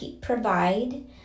provide